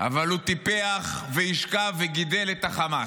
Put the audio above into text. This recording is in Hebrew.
אבל הוא טיפח, השקה וגידל את חמאס.